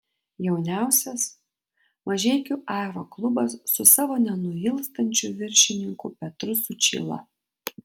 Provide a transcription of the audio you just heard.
jauniausias mažeikių aeroklubas su savo nenuilstančiu viršininku petru sučyla